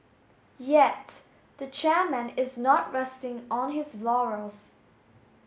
yet the chairman is not resting on his laurels